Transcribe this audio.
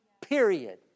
period